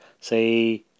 say